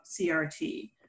CRT